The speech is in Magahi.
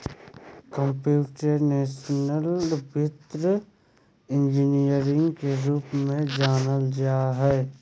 कम्प्यूटेशनल वित्त इंजीनियरिंग के रूप में जानल जा हइ